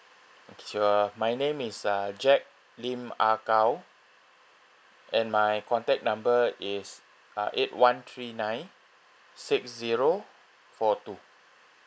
okay sure my name is uh jack lim ah gao and my contact number is uh eight one three nine six zero four two